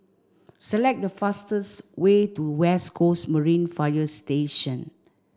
select the fastest way to West Coast Marine Fire Station